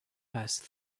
passed